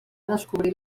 descobrir